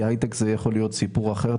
כי הייטק זה יכול להיות סיפור אחר,